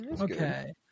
Okay